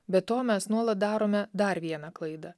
be to mes nuolat darome dar vieną klaidą